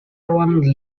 one